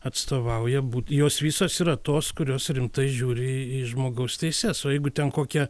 atstovauja būt jos visos yra tos kurios rimtai žiūri į į žmogaus teises o jeigu ten kokią